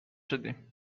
شدیم